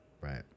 right